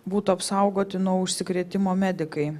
būtų apsaugoti nuo užsikrėtimo medikai